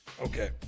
Okay